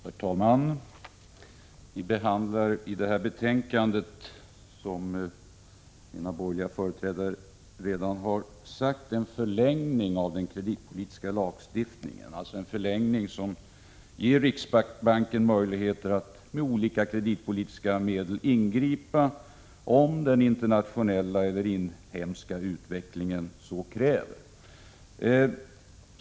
Herr talman! Vi behandlar i detta betänkande, som mina borgerliga företrädare i talarstolen redan har sagt, frågan om förlängning av den kreditpolitiska lagstiftning som ger riksbanken möjligheter att med olika kreditpolitiska medel ingripa, om den internationella eller inhemska utvecklingen så kräver.